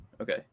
Okay